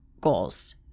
goals